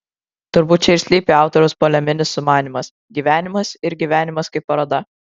turbūt čia ir slypi autoriaus poleminis sumanymas gyvenimas ir gyvenimas kaip paroda